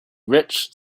rich